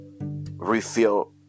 refill